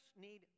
need